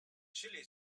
chilli